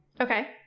Okay